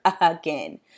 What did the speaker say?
again